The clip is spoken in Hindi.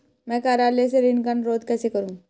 मैं कार्यालय से ऋण का अनुरोध कैसे करूँ?